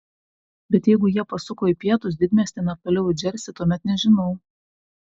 bet jeigu jie pasuko į pietus didmiestin ar toliau į džersį tuomet nežinau